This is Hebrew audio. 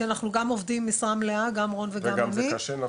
כי אנחנו גם עובדים משרה מלאה גם רון וגם אני וזה גם קשה נפשית,